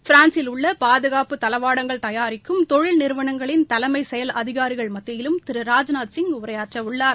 பிரான்ஸில் உள்ள பாதுகாப்பு தளடவாடங்கள் தயாரிக்கும் தொழில் நிறுவனங்களின் தலைமைச் செயல் அதிகாரிகள் மத்தியிலும் திரு ராஜ்நாத் சிங் உரையாற்றவுள்ளார்